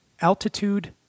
Altitude